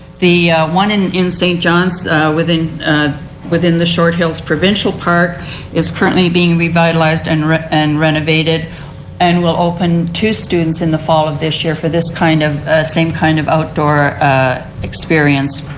the one in in st. john's within within the short hills provincial part is currently being revitalized and and renovated and will open to students in the fall of this year for this kind of same kind of outdoor experience.